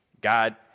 God